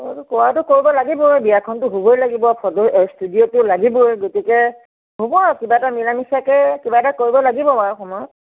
কৰাটো কৰিব লাগিবই বিয়া খনটো হ'বই লাগিব ফটো ষ্টুডিঅ'টো লাগিবই গতিকে হ'ব আৰু কিবা এটা মিলা মিছাকে কিবা এটা কৰিব লাগিব বাৰু সময়ত